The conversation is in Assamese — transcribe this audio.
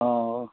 অঁ